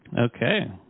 okay